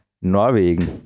Norwegen